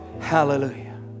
Hallelujah